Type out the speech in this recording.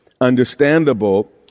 understandable